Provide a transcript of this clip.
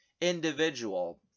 individual